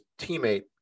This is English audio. teammate